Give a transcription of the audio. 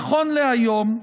נכון להיום,